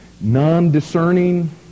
non-discerning